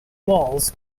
walls